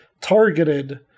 targeted